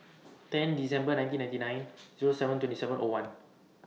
ten December nineteen ninety nine Zero seven two The seven O one